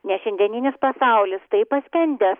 nes šiandieninis pasaulis taip paskendęs